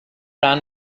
ran